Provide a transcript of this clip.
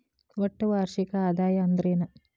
ಒಟ್ಟ ವಾರ್ಷಿಕ ಆದಾಯ ಅಂದ್ರೆನ?